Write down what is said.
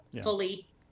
fully